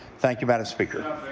thank you madam speaker.